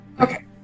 Okay